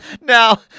Now